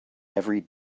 every